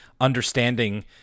understanding